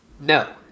No